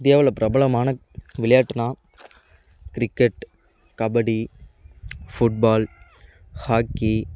இந்தியாவில் பிரபலமான விளையாட்டுனால் கிரிக்கெட் கபடி ஃபுட்பால் ஹாக்கி